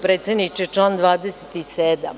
Predsedniče, član 27.